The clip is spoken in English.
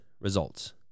results